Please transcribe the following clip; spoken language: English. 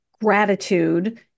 gratitude